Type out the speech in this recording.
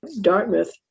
Dartmouth